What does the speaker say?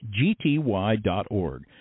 gty.org